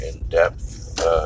in-depth